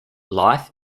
life